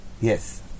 Yes